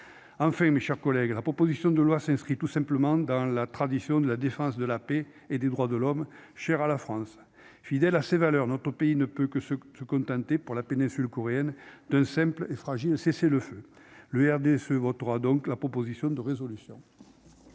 Enfin, mes chers collègues, la proposition de résolution s'inscrit tout simplement dans la tradition de défense de la paix et des droits de l'homme chère à la France. Fidèle à ses valeurs, notre pays ne peut se contenter, pour la péninsule coréenne, d'un simple et fragile cessez-le-feu. Le groupe RDSE votera donc cette proposition de résolution.